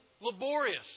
laborious